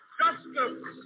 justice